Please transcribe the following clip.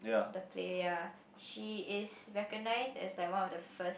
the play ya she is recognized that's like one of the first